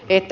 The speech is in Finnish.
itä